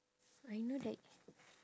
I know that